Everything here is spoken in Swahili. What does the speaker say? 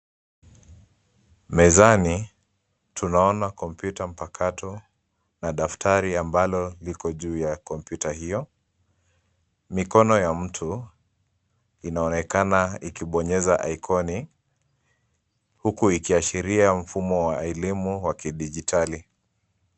Mezani tunaona kompyuta mpakato na daftari ambalo liko juu ya kompyuta hiyo. Mikono ya mtu inaonekana ikibonyeza ikoni huku ikiashiria mfumo wa elimu wa kidijitali.